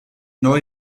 neu